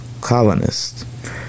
colonists